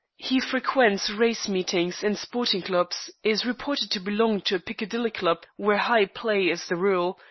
he frequents race meetings and sporting clubs, is reported to belong to a piccadilly club where high play is the rule,